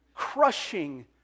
Crushing